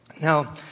Now